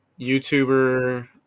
YouTuber